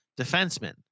defensemen